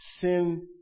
sin